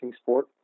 sport